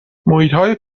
محیطهای